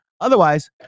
otherwise